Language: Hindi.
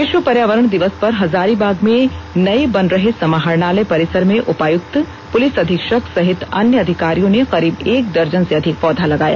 विश्व पर्यावरण दिवस पर हजारीबाग में नए बन रहे समाहरणालय परिसर में उपायुक्त पुलिस अधीक्षक सहित अन्य अधिकारियों ने करीब एक दर्जन से अधिक पौधा लगाया